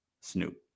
Snoop